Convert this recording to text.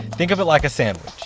think of it like a sandwich.